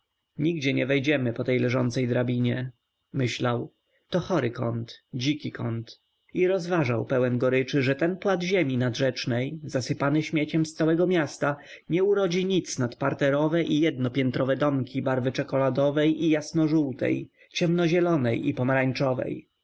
nigdzie nie wejdziemy po tej leżącej drabinie myślał to chory kąt dziki kąt i rozważał pełen goryczy że ten płat ziemi nadrzecznej zasypany śmieciem z całego miasta nie urodzi nic nad parterowe i jednopiętrowe domki barwy czekoladowej i jasno-żółtej ciemno-zielonej i pomarańczowej